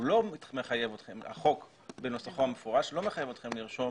הוא לא מחייב אתכם, החוק, בנוסחו המפורש, לרשום